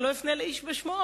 אני לא אפנה לאיש בשמו,